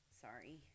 Sorry